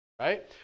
right